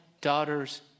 daughter's